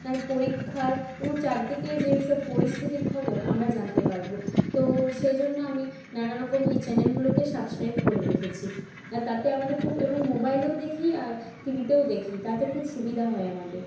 নানা পরীক্ষার এবং চারদিকে যেসব পরিস্থিতির খবর আমরা জানতে পারবো তো সেজন্য আমি নানারকম এই চ্যানেলগুলোকে সাবস্ক্রাইব করে রেখেছি আর তাতে আমাদের খুব এবং মোবাইলেও দেখি আর টিভিতেও দেখি তাতে খুব সুবিধা হয় আমাদের